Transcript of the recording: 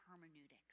hermeneutics